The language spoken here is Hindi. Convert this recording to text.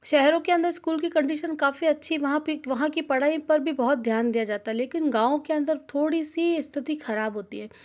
शहरों के अन्दर इस्कूल की कंडीसन काफ़ी अच्छी वहाँ पर वहाँ की पढ़ाई पर भी बहुत ध्यान दिया जाता है लेकिन गाँव के अन्दर थोड़ी सी स्थिति ख़राब होती है